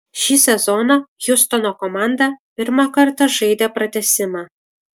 šį sezoną hjustono komanda pirmą kartą žaidė pratęsimą